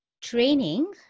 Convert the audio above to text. training